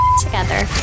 together